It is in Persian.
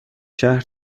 شهر